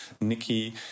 Nikki